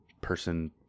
person